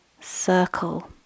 circle